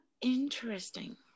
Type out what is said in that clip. Interesting